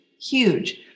huge